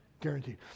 Guaranteed